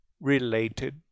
related